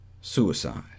suicide